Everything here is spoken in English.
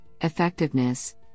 effectiveness